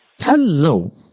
Hello